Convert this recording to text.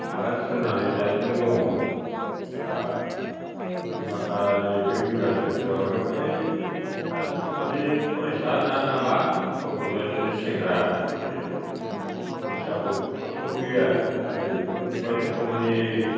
आगान सुरनानै दासिमबो दङ दा जों माखानि बे बिमा सेर सेरावनो फ्राय दासिमबो माने फरायसा ना नामा सम सम बिदिनो सेंग्राफ्रानो मानि निसा बुस्थुखौ सोबफैयो आरो दा नै बेफोरबायदिखौ माने